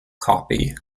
copy